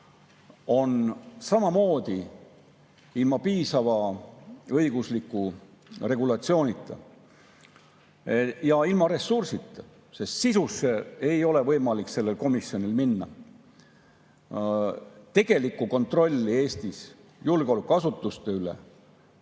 on samamoodi ilma piisava õigusliku regulatsioonita ja ilma ressursita. Sisusse ei ole võimalik sellel komisjonil minna. Tegelikku kontrolli Eestis julgeolekuasutuste üle